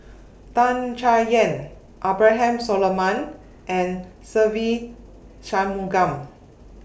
Tan Chay Yan Abraham Solomon and Se Ve Shanmugam